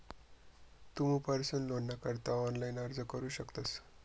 तुमू पर्सनल लोनना करता ऑनलाइन अर्ज करू शकतस